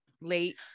late